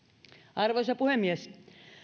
arvoisa puhemies